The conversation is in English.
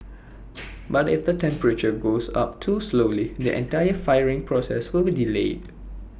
but if the temperature goes up too slowly the entire firing process will be delayed